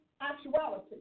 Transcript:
actuality